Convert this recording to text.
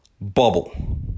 bubble